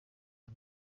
aya